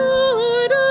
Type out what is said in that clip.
Lord